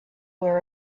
were